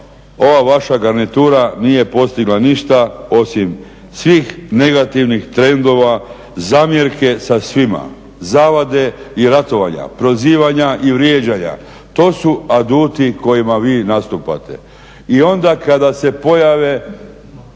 ova vaša garnitura nije postigla ništa osim svih negativnih trendova zamjerke sa svima, zavade i ratovanja, prozivanja i vrijeđanja. To su aduti kojima vi nastupate. I onda kada se pojave